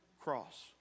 cross